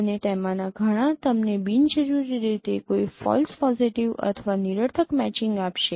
અને તેમાંના ઘણા તમને બિનજરૂરી રીતે કોઈ ફોલ્સ પોજીટીવ અથવા નિરર્થક મેચિંગ આપશે